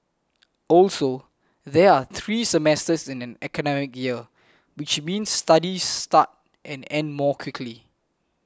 also there are three semesters in an academic year which means studies start and end more quickly